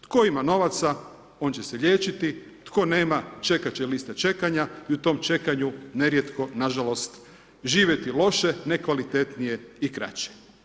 Tko ima novaca, on će se liječiti, tko nema, čekat će liste čekanja, u tom čekanju nerijetko nažalost, živjeti loše, nekvalitetnije i kraće.